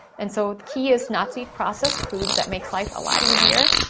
and so, the key is not to eat processed foods, that makes life a lot easier.